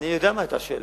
אני יודע מה היתה השאלה.